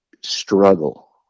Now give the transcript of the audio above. struggle